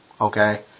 Okay